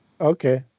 Okay